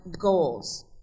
goals